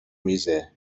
میزه